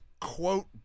quote